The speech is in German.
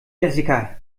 jessica